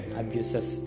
abuses